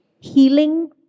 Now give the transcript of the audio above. Healing